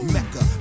Mecca